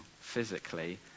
physically